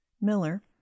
Miller